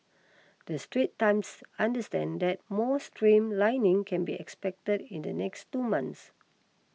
the Straits Times understands that more streamlining can be expected in the next two months